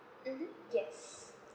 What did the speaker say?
mmhmm yes